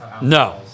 No